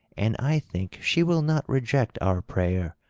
and i think she will not reject our prayer,